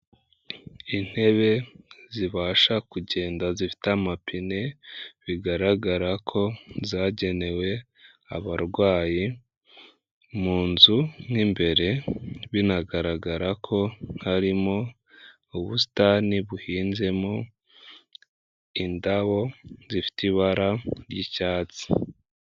Intebe zibasha kugenda zifite amapine, bigaragara ko zagenewe abarwayi, mu nzu nk'imbere binagaragara ko harimo ubusitani buhinzemo indabo zifite ibara ry'icyatsi.